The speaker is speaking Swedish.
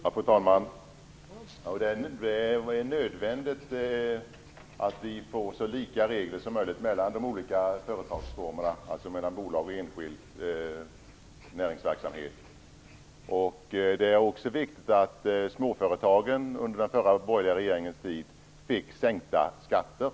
Fru talman! Det är nödvändigt att vi får så lika regler som möjligt i de olika företagsformerna, dvs. i bolag och i enskild näringsverksamhet. Det är också viktigt att småföretagen under den förra borgerliga regeringens tid fick sänkta skatter.